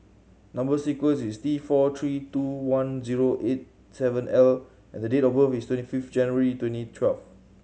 number sequence is T four three two one zero eight seven L and the date of birth is twenty fifth January twenty twelve